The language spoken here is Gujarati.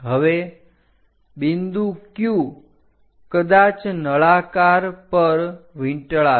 હવે બિંદુ Q કદાચ નળાકાર પર વીંટળાશે